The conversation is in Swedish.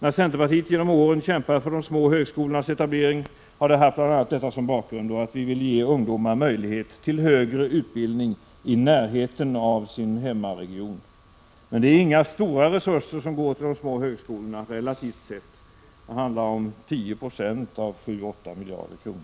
När centerpartiet genom åren kämpat för de små högskolornas etablering har det som bakgrund haft bl.a. detta och att vi vill ge ungdomar möjlighet till högre utbildning i närheten av sin hemmaregion. Men det är inga stora resurser som går till de små högskolorna, relativt sett. Det handlar om ca 10 96 av 7-8 miljarder kronor.